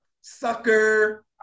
Sucker